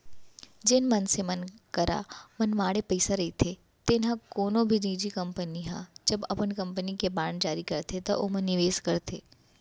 जेन मनसे मन करा मनमाड़े पइसा रहिथे तेन मन ह कोनो भी निजी कंपनी ह जब अपन कंपनी के बांड जारी करथे त ओमा निवेस करथे